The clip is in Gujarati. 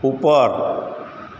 ઉપર